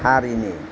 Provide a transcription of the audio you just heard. हारिनि